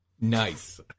Nice